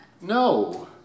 no